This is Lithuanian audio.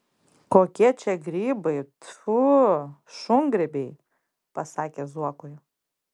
kokie čia grybai tfu šungrybiai pasakė zuokui